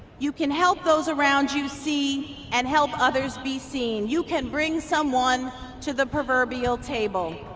you can help those around you see and help others be seen you can bring someone to the proverbial table.